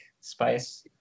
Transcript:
spice